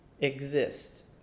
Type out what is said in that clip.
exist